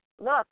look